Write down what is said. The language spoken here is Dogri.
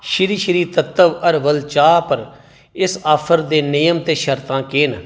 श्री श्री तत्व हर्बल चाह् पर इस आफर दे नियम ते शर्तां केह् न